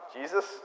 Jesus